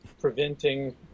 preventing